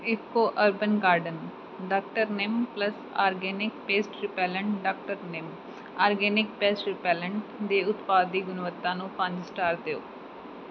IFFCO urban garden Dr neem plus organic pest repellent Dr neem organic pest repellent ਦੇ ਉਤਪਾਦ ਦੀ ਗੁਣਵੱਤਾ ਨੂੰ ਪੰਜ ਸਟਾਰ ਦਿਓ